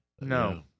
No